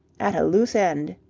at a loose end.